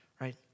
Right